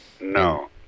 no